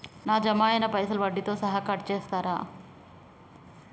నా జమ అయినా పైసల్ వడ్డీతో సహా కట్ చేస్తరా?